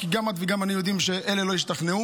גם את וגם אני יודעים שאלה לא ישתכנעו,